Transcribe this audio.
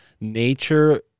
nature